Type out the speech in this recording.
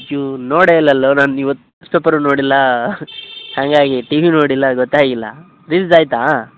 ಅಯ್ಯೊ ನೋಡೇ ಇಲ್ವಲ್ಲೊ ನಾನು ಇವತ್ತು ನ್ಯೂಸ್ ಪೇಪರು ನೋಡಿಲ್ಲ ಹಾಗಾಗಿ ಟಿ ವಿ ನೋಡಿಲ್ಲ ಗೊತ್ತಾಗಿಲ್ಲ ರಿಲೀಝ್ ಆಯಿತಾ